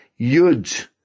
Yud